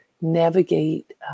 navigate